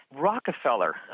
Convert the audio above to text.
Rockefeller